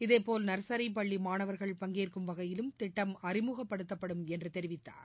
இதேபோல் நர்சரி பள்ளி மாணவர்கள் பங்கேற்கும் வகையிலும் திட்டம் அறிமுகப்படுத்தப்படும் என்று தெரிவித்தார்